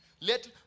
Let